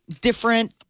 different